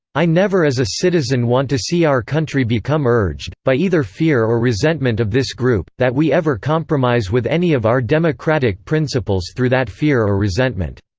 i never as a citizen want to see our country become urged, by either fear or resentment of this group, that we ever compromise with any of our democratic principles through that fear or resentment.